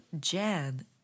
Jan